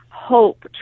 Hope